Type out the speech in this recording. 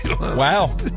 Wow